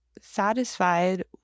satisfied